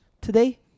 today